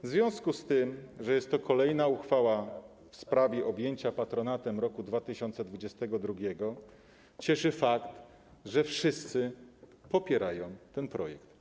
W związku z tym, że jest to kolejna uchwała w sprawie objęcia patronatem roku 2022, cieszy fakt, że wszyscy popierają ten projekt.